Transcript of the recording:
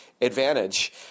advantage